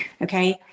okay